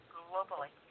globally